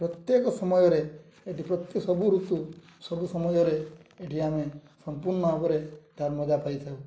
ପ୍ରତ୍ୟେକ ସମୟରେ ଏଇଠି ପ୍ରତି ସବୁ ଋତୁ ସବୁ ସମୟରେ ଏଇଠି ଆମେ ସମ୍ପୂର୍ଣ୍ଣ ଭାବରେ ତା'ର ମଜା ପାଇଥାଉ